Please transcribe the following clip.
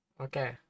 Okay